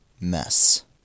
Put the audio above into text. mess